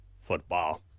football